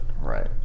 Right